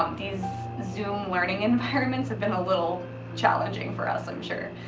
um these zoom learning environments have been a little challenging for us, i'm sure.